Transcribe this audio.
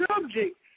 subject